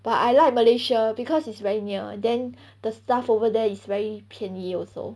but I like malaysia because it's very near then the stuff over there is very 便宜 also